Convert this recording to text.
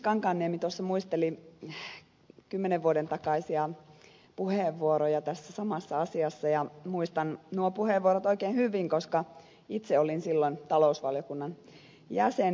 kankaanniemi tuossa muisteli kymmenen vuoden takaisia puheenvuoroja tästä samasta asiasta ja muistan nuo puheenvuorot oikein hyvin koska itse oli silloin talousvaliokunnan jäsen